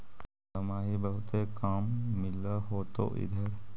दमाहि बहुते काम मिल होतो इधर?